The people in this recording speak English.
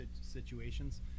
situations